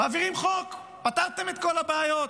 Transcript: מעבירים חוק, פתרתם את כל הבעיות.